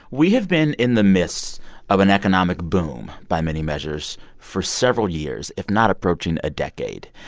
we have been in the midst of an economic boom by many measures for several years, if not approaching a decade.